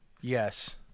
Yes